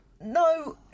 No